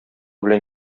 белән